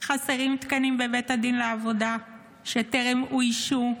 חסרים תקנים בבית הדין לעבודה שטרם אוישו.